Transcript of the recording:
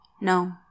No